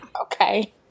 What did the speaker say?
okay